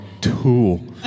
tool